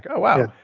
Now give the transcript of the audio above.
ah oh wow,